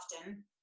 often